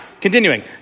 Continuing